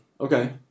okay